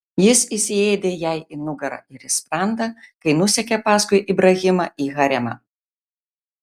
jis įsiėdė jai į nugarą ir į sprandą kai nusekė paskui ibrahimą į haremą